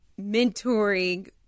mentoring